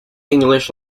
english